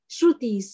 Shruti